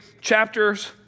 chapters